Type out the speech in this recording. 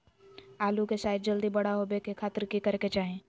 आलू के साइज जल्दी बड़ा होबे के खातिर की करे के चाही?